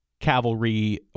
cavalry